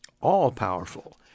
all-powerful